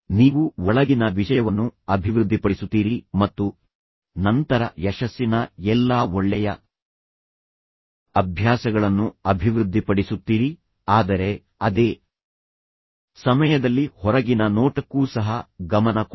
ನೀವು ಒಳಗಿನ ವಿಷಯವನ್ನು ಅಭಿವೃದ್ಧಿಪಡಿಸುತ್ತೀರಿ ಮತ್ತು ನಂತರ ಯಶಸ್ಸಿನ ಎಲ್ಲಾ ಒಳ್ಳೆಯ ಅಭ್ಯಾಸಗಳನ್ನು ಅಭಿವೃದ್ಧಿಪಡಿಸುತ್ತೀರಿ ಆದರೆ ಅದೇ ಸಮಯದಲ್ಲಿ ಹೊರಗಿನ ನೋಟಕ್ಕೂ ಸಹ ಗಮನ ಕೊಡಿ